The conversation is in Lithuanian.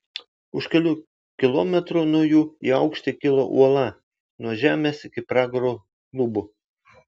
už kelių kilometrų nuo jų į aukštį kilo uola nuo žemės iki pragaro lubų